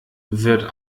wird